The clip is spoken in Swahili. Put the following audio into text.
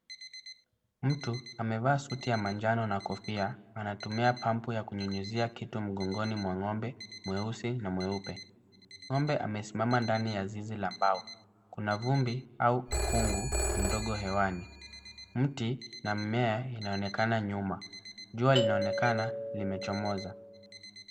Mtu amevaa suti ya manjano na kofia anatumia pampu ya kunyunyizia kitu mgongoni mwa ng'ombe mweusi na mweupe ,ng'ombe amesimama ndani ya zizi la mbao. Kuna vumbi au ukungu mdogo hewani, mti na mmea unaonekana nyuma , jua linaonekana limechomoza .